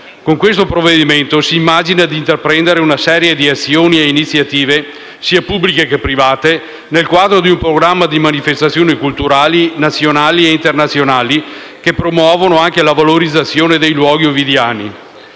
Con questo provvedimento si immagina di intraprendere una serie di azioni e iniziative, sia pubbliche che private, nel quadro di un programma di manifestazioni culturali, nazionali e internazionali, che promuovano anche la valorizzazione dei luoghi ovidiani.